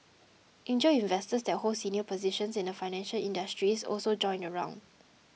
angel investors that hold senior positions in the financial industry also joined the round